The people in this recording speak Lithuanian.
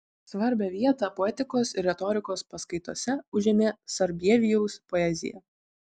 svarbią vietą poetikos ir retorikos paskaitose užėmė sarbievijaus poezija